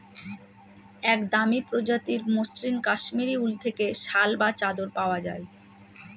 এক দামি প্রজাতির মসৃন কাশ্মীরি উল থেকে শাল বা চাদর পাওয়া যায়